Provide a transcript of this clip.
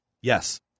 Yes